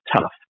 tough